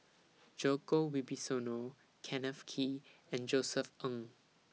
Djoko Wibisono Kenneth Kee and Josef Ng